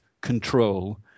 control